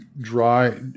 dry